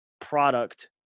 product